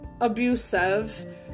abusive